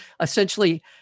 essentially